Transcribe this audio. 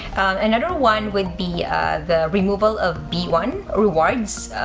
another one would be the removal of b one rewards